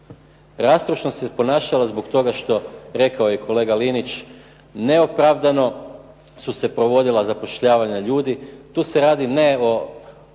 Rastrošno se ponašala zbog toga što, rekao je kolega Linić, neopravdano su se provodila zapošljavanja ljudi. Tu se radi ne o